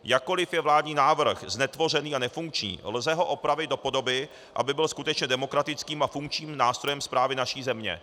Jakkoli je vládní návrh znetvořený a nefunkční, lze ho opravit do podoby, aby byl skutečně demokratickým a funkčním nástrojem správy naší země.